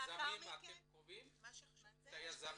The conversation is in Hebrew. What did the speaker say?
אתם קובעים את היזמים?